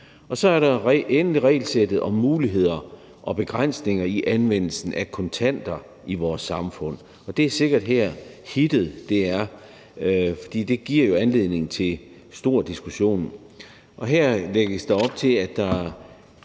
Så er der endelig regelsættet om muligheder og begrænsninger i anvendelsen af kontanter i vores samfund, og det er sikkert her, hittet er, for det giver jo anledning til stor diskussion. Her lægges der op til, at der